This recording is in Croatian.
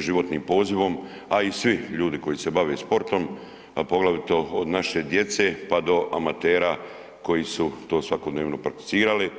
životnim pozivom, a i svi ljudi koji se bave sportom, a poglavito od naše djece pa do amatera koji su to svakodnevno prakticirali.